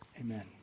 amen